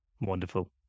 Wonderful